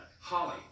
Holly